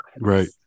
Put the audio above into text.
Right